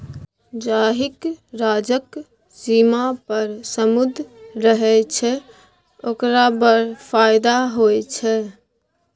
जाहिक राज्यक सीमान पर समुद्र रहय छै ओकरा बड़ फायदा होए छै